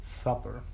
supper